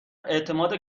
اعتماد